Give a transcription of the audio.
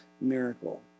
miracle